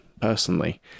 personally